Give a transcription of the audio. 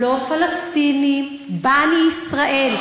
לא פלסטינים, בָּנִי ישראל.